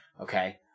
Okay